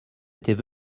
étaient